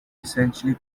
essentially